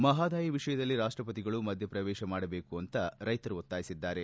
ಮಹಾದಾಯಿ ವಿಷಯದಲ್ಲಿ ರಾಷ್ಷಪತಿಗಳು ಮಧ್ಯ ಪ್ರವೇಶ ಮಾಡಬೇಕು ಅಂತ ರೈತರು ಒತ್ತಾಯಿಸಿದ್ದಾರೆ